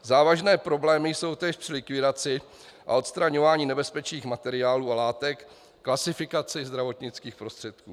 Závažné problémy jsou též při likvidaci a odstraňování nebezpečných materiálů a látek, v klasifikaci zdravotnických prostředků.